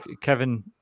Kevin